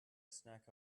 snack